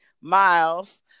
Miles